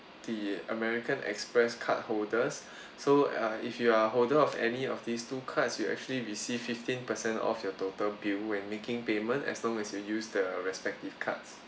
the American Express card holders so err if you are a holder of any of these two cards you actually receive fifteen percent off your total bill when making payment as long as you use the respective cards